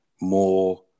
more